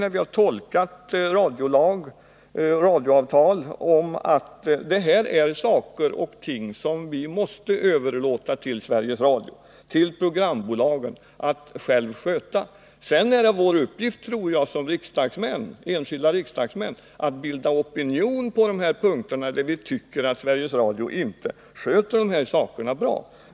När vi tolkat radioavtalet har vi kommit fram till att motionen behandlar saker som vi måste överlåta till Sveriges Radio och programbolagen att själva sköta. Sedan tror jag det är vår uppgift som enskilda riksdagsmän att bilda opinion på de punkter där vi tycker att Sveriges Radio inte sköter sig bra.